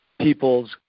people's